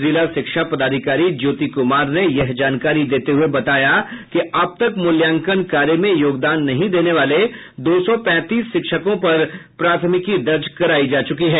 जिला शिक्षा पदाधिकारी ज्योति कुमार ने यह जानकारी देते हुये बताया कि अब तक मूल्यांकन कार्य में योगदान नहीं देने वाले दो सौ पैंतीस शिक्षकों पर प्राथमिकी दर्ज करायी जा चुकी है